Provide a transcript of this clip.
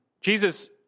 Jesus